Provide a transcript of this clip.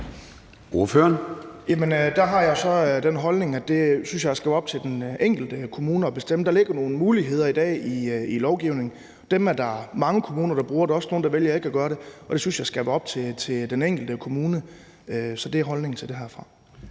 Der har jeg så den holdning, at det synes jeg skal være op til den enkelte kommune at bestemme. Der ligger nogle muligheder i lovgivningen i dag. Dem er der mange kommuner der bruger. Der er også nogle, der vælger ikke at gøre det. Og det synes jeg skal være op til den enkelte kommune. Så det er holdningen til det herfra.